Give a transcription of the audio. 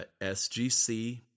SGC